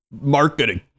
marketing